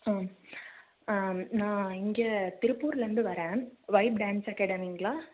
ஆ ஆ நான் இங்கே திருப்பூர்லேருந்து வரேன் வைப் டான்ஸ் அகாடமிங்களா